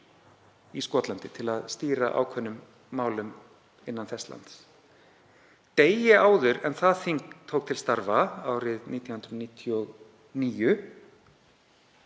í Skotlandi til að stýra ákveðnum málum innan þess lands. Degi áður en það þing tók til starfa árið 1999